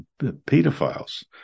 pedophiles